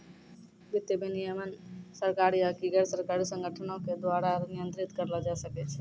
वित्तीय विनियमन सरकारी आकि गैरसरकारी संगठनो के द्वारा नियंत्रित करलो जाय सकै छै